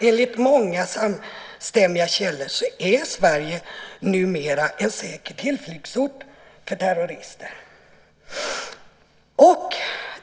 Enligt många samstämmiga källor är Sverige numera en säker tillflyktsort för terrorister.